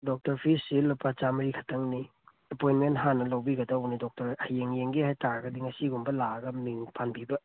doctor ꯐꯤꯁꯤ ꯂꯨꯄꯥ ꯆꯃꯔꯤ ꯈꯇꯪꯅꯤ ꯑꯦꯄꯣꯏꯟꯃꯦꯟ ꯍꯥꯟꯅ ꯂꯧꯕꯤꯒꯗꯧꯕꯅꯦ ꯗꯣꯛꯇꯔ ꯍꯌꯦꯡ ꯌꯦꯡꯒꯦ ꯍꯥꯏꯇꯥꯔꯒꯗꯤ ꯉꯁꯤꯒꯨꯝꯕ ꯂꯥꯛꯑꯒ ꯃꯤꯡ ꯄꯥꯟꯕꯤꯕ